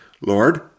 Lord